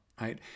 right